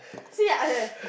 see I